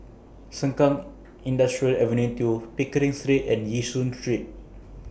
Sengkang Industrial Avenue two Pickering Street and Yishun Street